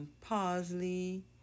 parsley